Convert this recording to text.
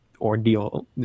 ordeal